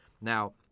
Now